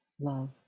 love